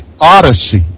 odyssey